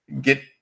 get